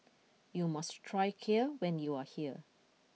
you must try Kheer when you are here